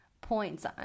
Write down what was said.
points